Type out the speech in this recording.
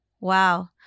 Wow